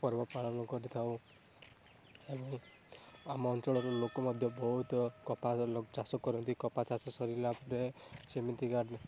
ପର୍ବ ପାଳନ କରିଥାଉ ଏବଂ ଆମ ଅଞ୍ଚଳରୁ ଲୋକ ମଧ୍ୟ ବହୁତ କପା ଲୋକ ଚାଷ କରନ୍ତି କପା ଚାଷ ସରିଲା ପରେ ସେମିତିକା